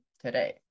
today